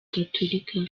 gatolika